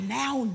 now